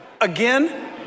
Again